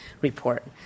report